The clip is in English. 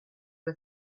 the